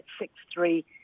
six-three